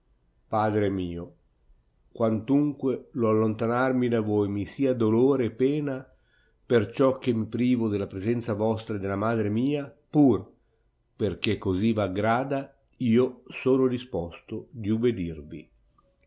padre mio quantunque lo allontanarmi da voi mi sia dolore e pena perciò che privo della presenza vostra e della madre mia pur perchè così v aggrada io sono disposto di